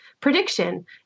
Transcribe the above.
prediction